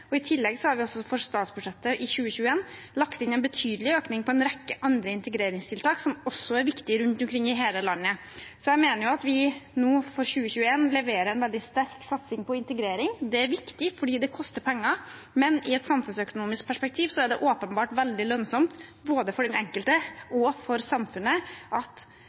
I tillegg har vi også i statsbudsjettet for 2020–2021 lagt inn en betydelig økning til en rekke andre integreringstiltak, som også er viktig, rundt omkring i hele landet. Så jeg mener at vi nå for 2021 leverer en veldig sterk satsing på integrering. Det er viktig fordi det koster penger, men i et samfunnsøkonomisk perspektiv er det åpenbart veldig lønnsomt, både for den enkelte og for samfunnet, at